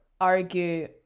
argue